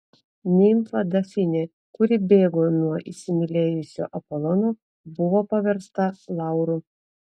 nimfa dafnė kuri bėgo nuo įsimylėjusio apolono buvo paversta lauru